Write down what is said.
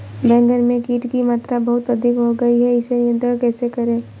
बैगन में कीट की मात्रा बहुत अधिक हो गई है इसे नियंत्रण कैसे करें?